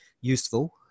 useful